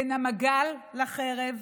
בין המגל לחרב,